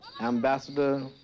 ambassador